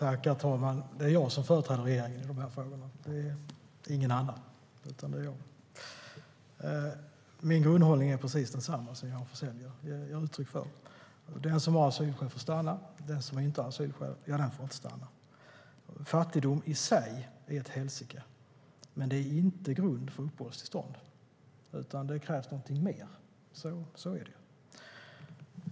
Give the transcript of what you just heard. Herr talman! Det är jag som företräder regeringen i dessa frågor, ingen annan. Min grundhållning är precis densamma som Johan Forssell ger uttryck för. Den som har asylskäl får stanna, den som inte har asylskäl får inte stanna. Fattigdom i sig är ett helsike, men det är inte grund för uppehållstillstånd, utan då krävs det någonting mer. Så är det.